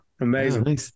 Amazing